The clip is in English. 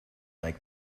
make